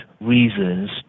reasons